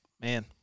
Man